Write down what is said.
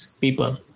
people